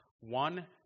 one